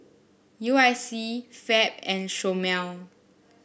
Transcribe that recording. U I C Fab and Chomel